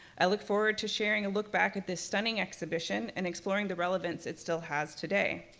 i look forward to sharing a look back at this stunning exhibition, and exploring the relevance it still has today.